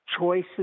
choices